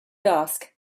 ask